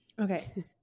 Okay